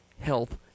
health